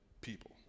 people